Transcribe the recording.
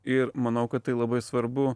ir manau kad tai labai svarbu